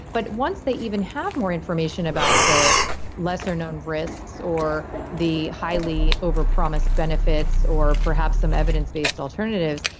but once they even have more information about the lesser known risks or the highly over promised benefits or perhaps some evidence based alternatives,